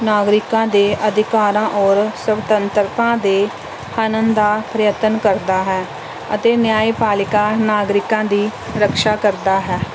ਨਾਗਰਿਕਾਂ ਦੇ ਅਧਿਕਾਰਾਂ ਔਰ ਸੁਤੰਤਰਤਾ ਦੇ ਅਨੰਦ ਦਾ ਪ੍ਰਯਤਨ ਕਰਦਾ ਹੈ ਅਤੇ ਨਿਆਂ ਪਾਲਿਕਾ ਨਾਗਰਿਕਾਂ ਦੀ ਰੱਖਿਆ ਕਰਦਾ ਹੈ